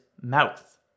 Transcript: mouth